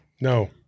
No